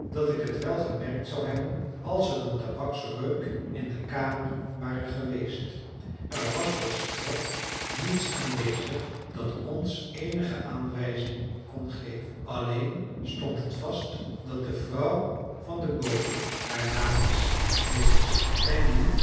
dat ik het wel gemerkt zou hebben als er een tabaksreuk in de kamer ware geweest er was volstrekt niets aanwezig dat ons eenige aanwijzing kon geven alleen stond het vast dat de vrouw van den bode haar naam is mrs